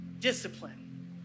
discipline